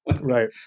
Right